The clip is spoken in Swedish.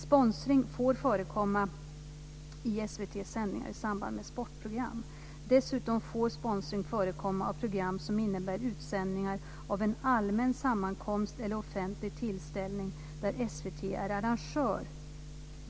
Sponsring får förekomma i Dessutom får sponsring förekomma av program som innebär utsändningar av en allmän sammankomst eller offentlig tillställning där SVT är arrangör.